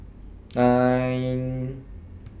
nine